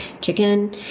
chicken